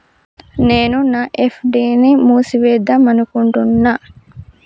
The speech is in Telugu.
నేను నా ఎఫ్.డి ని మూసివేద్దాంనుకుంటున్న